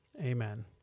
Amen